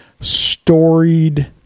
storied